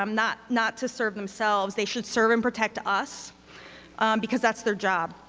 um not not to serve themselves, they should serve and protect us because that's their job.